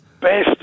Best